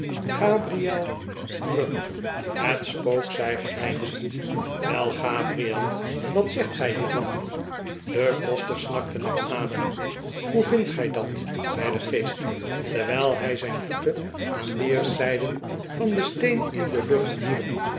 gabriel grub het spook zei grijnzend wel gabriel wat zegt gij hiervan de koster snakte naar adem hoe vindt gij dat zei de geest terwijl hij zijn voeten aan weerszijden van den steen in de lucht wierp